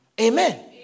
Amen